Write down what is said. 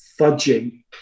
fudging